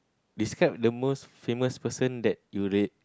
describe the most famous person that you re~